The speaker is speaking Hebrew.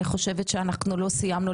אני חושבת שאנחנו לא סיימנו,